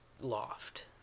Loft